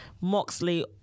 Moxley